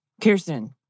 Kirsten